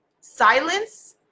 silence